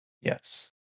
Yes